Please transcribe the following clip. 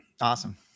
Awesome